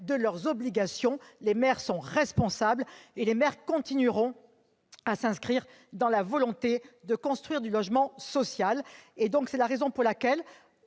de leurs obligations. Les maires sont responsables, et ils continueront à s'inscrire dans la volonté de construire du logement social. C'est la raison pour laquelle,